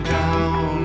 down